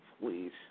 please